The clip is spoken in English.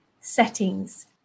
settings